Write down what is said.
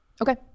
Okay